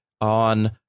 on